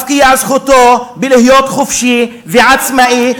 מפקיע את זכותו להיות חופשי ועצמאי,